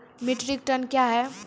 Metric tonne कया हैं?